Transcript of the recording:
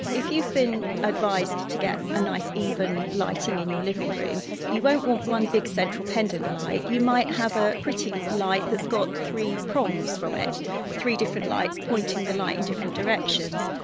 if you've been advised to get a nice even lighting in your living room you won't want one big central pendant light, you might have a pretty light that's got three prongs from it, three different lights pointing the light in different directions.